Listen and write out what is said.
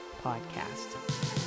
podcast